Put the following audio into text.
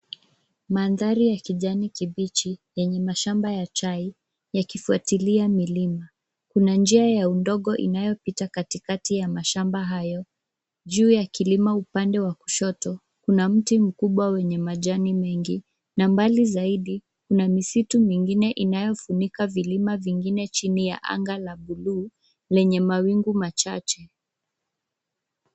Mandhari ya kijani kibichi yenye mashamba ya chai yakifuatilia milimo. Kuna njia ya udongo inayopita katikati ya mashamba hayo. Juu ya kilimo upande wakushoto kuna mti mkubwa wenye majani mengi na mbali zaidi kuna misitu mingine inayofunika vilima vingine chini ya anga la buluu lenye mawingu machache.